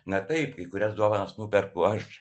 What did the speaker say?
na taip kai kurias dovanas nuperku aš